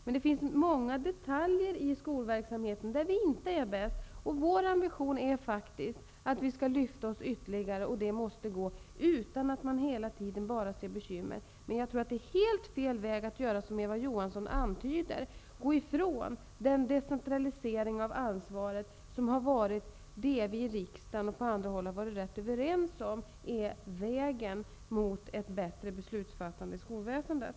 Det finns alltså detaljer i skolverksamheten där vi inte är bäst. Regeringens ambition är att vi skall lyfta oss ytterligare. Det kan vi göra om vi inte hela tiden bara ser bekymmer. Jag tror emellertid att det är helt fel att gå den väg som Eva Johansson antyder, nämligen att överge den decentralisering av ansvaret som vi i riksdagen och på andra håll varit rätt överens om är den rätta vägen till ett bättre beslutsfattande i skolväsendet.